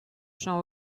jean